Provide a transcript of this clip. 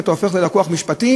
אם אתה הופך ללקוח משפטי,